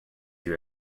you